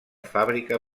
fàbrica